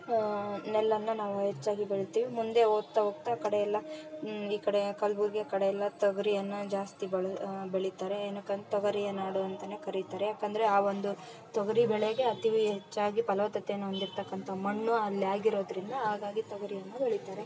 ನೆಲ್ಲನ್ನು ನಾವು ಹೆಚ್ಚಾಗಿ ಬೆಳ್ತೀವಿ ಮುಂದೆ ಹೋಗ್ತಾ ಹೋಗ್ತಾ ಕಡೆ ಎಲ್ಲ ಈ ಕಡೆ ಕಲಬುರ್ಗಿ ಕಡೆ ಎಲ್ಲ ತೊಗರಿಯನ್ನ ಜಾಸ್ತಿ ಬೆಳಿ ಬೆಳೀತಾರೆ ಏನಕನ್ ತೊಗರಿಯ ನಾಡು ಅಂತಾನೆ ಕರೀತಾರೆ ಯಾಕಂದರೆ ಆ ಒಂದು ತೊಗರಿಬೇಳೆಗೆ ಅತೀ ಹೆಚ್ಚಾಗಿ ಫಲವತ್ತತೆಯನ್ನು ಹೊಂದಿರ್ತಕ್ಕಂಥ ಮಣ್ಣು ಅಲ್ಲಿ ಆಗಿರೋದರಿಂದ ಹಾಗಾಗಿ ತೊಗರಿಯನ್ನ ಬೆಳೀತಾರೆ